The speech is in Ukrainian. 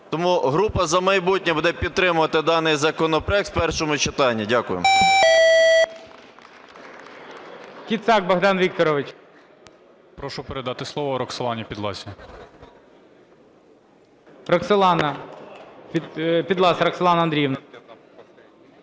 Тому група "За майбутнє" буде підтримувати даний законопроект у першому читанні. Дякую.